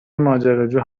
ماجراجو